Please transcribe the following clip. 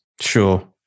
Sure